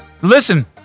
Listen